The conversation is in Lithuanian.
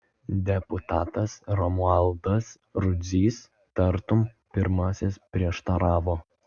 deputatas romualdas rudzys tartum pirmasis prieštaravo